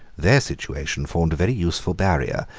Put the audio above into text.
their situation formed a very useful barrier,